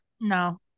No